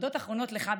תודות אחרונות לך,